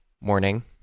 morning